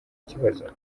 ikibazo